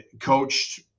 coached